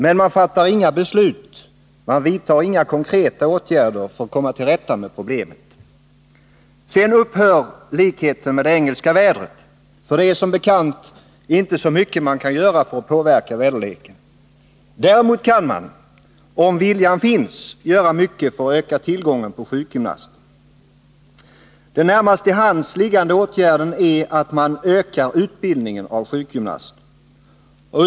Men man fattar inga beslut. Man vidtar inga konkreta åtgärder för att komma till rätta med problemet. Sedan upphör likheten med det engelska vädret. För det är, som bekant, inte mycket man kan göra för att påverka väderleken. Däremot kan man — om viljan finns — göra mycket för att öka tillgången på sjukgymnaster. Den närmast till hands liggande åtgärden är att utbildningen av sjukgymnaster utökas.